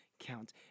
count